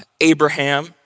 Abraham